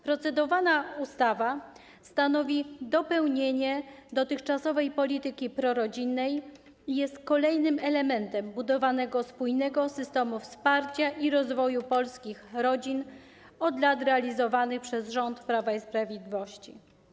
Procedowana ustawa stanowi dopełnienie dotychczasowej polityki prorodzinnej i jest kolejnym elementem budowanego spójnego systemu wsparcia i rozwoju polskich rodzin, który od lat jest realizowany przez rząd Prawa i Sprawiedliwości.